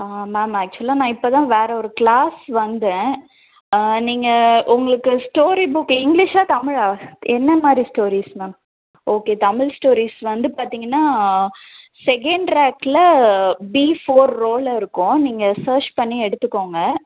ma'am ஆக்சுவலாக நான் இப்போ தான் வேறு ஒரு கிளாஸ் வந்தேன் நீங்கள் உங்களுக்கு ஸ்டோரி புக் இங்கிலீஷ்சா தமிழ்லாம் என்ன மாதிரி stories ma'am okay Tamil stories வந்து பார்திங்கனா செகண்ட் ரேக்கில் பி போர் ரோ ல இருக்கும் நீங்கள் சேர்ச் பண்ணி எடுத்துக்கோங்க